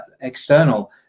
external